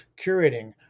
curating